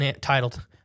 titled